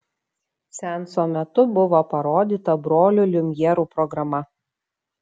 seanso metu buvo parodyta brolių liumjerų programa